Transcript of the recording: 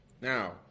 Now